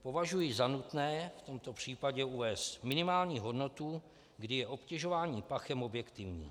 Považuji za nutné v tomto případě uvést minimální hodnotu, kdy je obtěžování pachem objektivní.